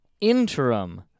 Interim